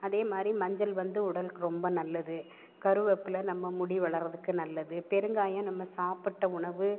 அதே மாதிரி மஞ்சள் வந்து உடலுக்கு ரொம்ப நல்லது கருவேப்பிலை நம்ம முடி வளர்றதுக்கு நல்லது பெருங்காயம் நம்ம சாப்பிட்ட உணவு